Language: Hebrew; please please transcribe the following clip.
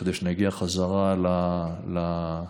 שנגיע חזרה ל-52.